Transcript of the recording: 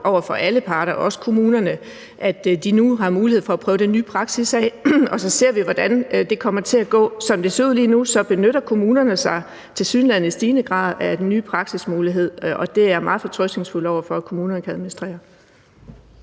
over for alle parter, også kommunerne, at de nu har mulighed for at prøve den nye praksis af. Og så ser vi, hvordan det kommer til at gå. Som det ser ud lige nu, benytter kommunerne sig tilsyneladende i stigende grad af den nye praksismulighed, og det er jeg meget fortrøstningsfuld over for at kommunerne kan administrere.